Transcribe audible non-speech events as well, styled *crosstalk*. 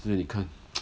现在你看 *noise*